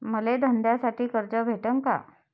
मले धंद्यासाठी कर्ज भेटन का?